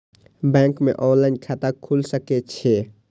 Bank में online खाता खुल सके छे?